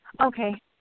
Okay